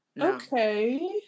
Okay